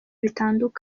bitandukanye